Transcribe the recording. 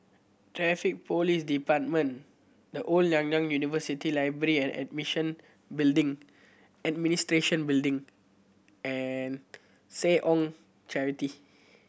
Traffic Police Department The Old Nanyang University Library and Admission Building Administration Building and Seh Ong Charity